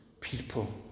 people